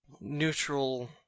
Neutral